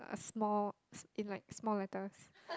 uh small in like small letters